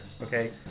Okay